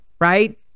right